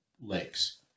lakes